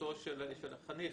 אחותו של החניך,